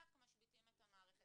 משביתים את המערכת.